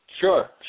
Sure